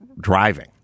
driving